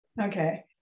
Okay